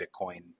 Bitcoin